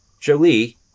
Jolie